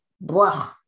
blah